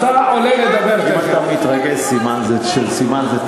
חבר הכנסת שמולי.